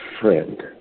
friend